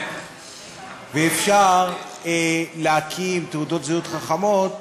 ואפשר ליצור תעודות זהות חכמות